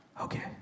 Okay